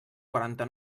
quaranta